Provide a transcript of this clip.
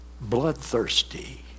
Bloodthirsty